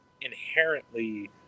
inherently